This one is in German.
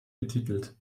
betitelt